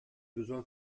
besoin